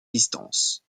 distances